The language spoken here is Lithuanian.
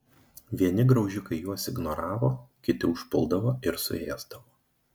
vieni graužikai juos ignoravo kiti užpuldavo ir suėsdavo